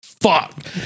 fuck